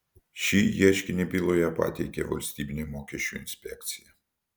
šį ieškinį byloje pateikė valstybinė mokesčių inspekcija